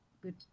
good